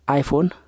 iPhone